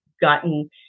gotten